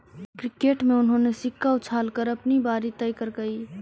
cricket में उन्होंने सिक्का उछाल कर अपनी बारी तय करकइ